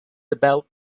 about